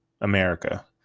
America